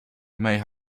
may